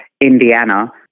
Indiana